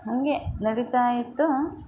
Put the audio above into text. ಹಾಗೆ ನಡೀತಾ ಇತ್ತು